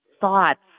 thoughts